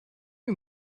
you